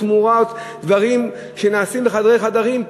תמורת דברים שנעשים בחדרי חדרים,